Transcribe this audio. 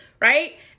right